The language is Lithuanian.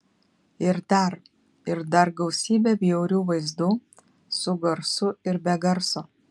ir dar ir dar gausybę bjaurių vaizdų su garsu ir be garso